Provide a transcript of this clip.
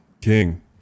king